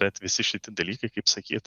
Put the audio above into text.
bet visi šiti dalykai kaip sakyt